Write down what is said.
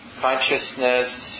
consciousness